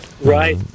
Right